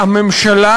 הממשלה